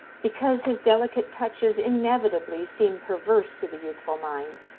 because his delicate touches inevitably seem perverse to the youthful mind,